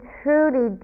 truly